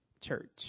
church